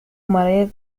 مريض